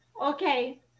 okay